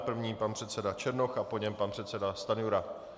První pan předseda Černoch a po něm pan předseda Stanjura.